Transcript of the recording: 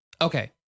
okay